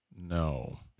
no